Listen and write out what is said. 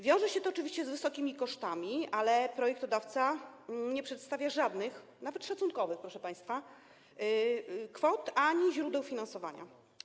Wiąże się to oczywiście z wysokimi kosztami, ale projektodawca nie przedstawia żadnych, nawet szacunkowych, proszę państwa, kwot ani źródeł finansowania.